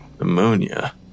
ammonia